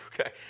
okay